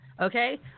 okay